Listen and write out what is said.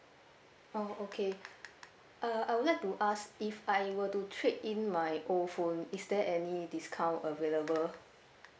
oh okay uh I would like to ask if I were to trade in my old phone is there any discount available